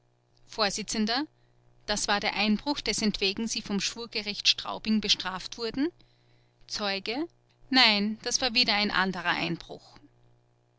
vors das war der einbruch dessentwegen sie vom schwurgericht straubing bestraft wurden zeuge nein das war wieder ein anderer einbruch